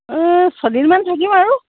আমি ছদিনমান থাকিম আৰু